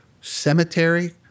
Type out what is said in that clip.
cemetery